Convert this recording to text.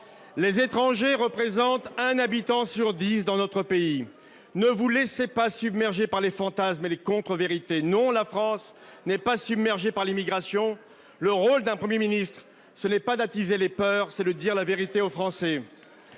Les étrangers représentent un habitant sur dix dans notre pays. Ne vous laissez pas submerger par les fantasmes et les contrevérités ! Non, la France n’est pas submergée par l’immigration. Le rôle d’un Premier ministre n’est pas d’attiser les peurs, c’est de dire la vérité aux Français.